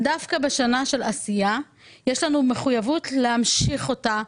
דווקא בשנה של עשייה יש לנו מחויבות להמשיך אותה.